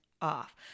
off